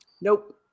Nope